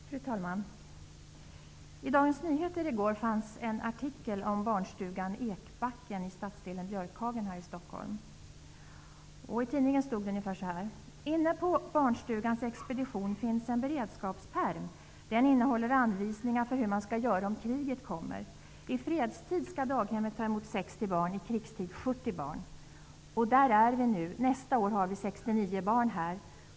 Fru talman! I Dagens Nyheter i går fanns en artikel om barnstugan Ekbacken i stadsdelen Björkhagen här i Stockholm. Där stod det ungefär så här: Inne på barnstugan Ekbackens expedition finns en beredskapspärm. Den innehåller anvisningar för hur man ska göra om kriget kommer. I fredstid ska daghemmet ta emot 60 barn, i krigstid 70 barn. ''Där är vi nu. Nästa år har vi 69 barn här.